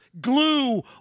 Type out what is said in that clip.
glue